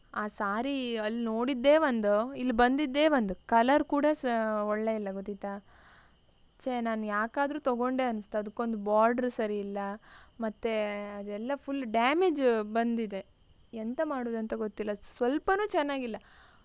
ಆ ಸಾರಿ ಅಲ್ಲಿ ನೋಡಿದ್ದೇ ಒಂದು ಇಲ್ಲಿ ಬಂದಿದ್ದೇ ಒಂದು ಕಲರ್ ಕೂಡ ಒಳ್ಳೆ ಇಲ್ಲ ಗೊತ್ತಿತ್ತಾ ಛೇ ನಾನು ಯಾಕಾದ್ರೂ ತಗೊಂಡೆ ಅನ್ಸ್ತು ಅದಕ್ಕೊಂದು ಬೋರ್ಡರ್ ಸರಿ ಇಲ್ಲ ಮತ್ತು ಅದೆಲ್ಲ ಫುಲ್ ಡ್ಯಾಮೇಜ ಬಂದಿದೆ ಎಂತ ಮಾಡುವುದಂತ ಗೊತ್ತಿಲ್ಲ ಸ್ವಲ್ಪಾನೂ ಚೆನ್ನಾಗಿಲ್ಲ